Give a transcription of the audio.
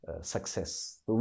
success